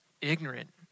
ignorant